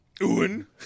Owen